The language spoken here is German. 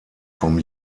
vom